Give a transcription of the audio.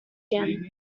again